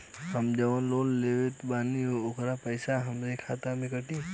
हम जवन लोन लेले बानी होकर पैसा हमरे खाते से कटी?